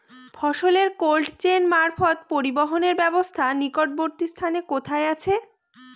ফসলের cold chain মারফত পরিবহনের ব্যাবস্থা নিকটবর্তী স্থানে কোথায় আছে?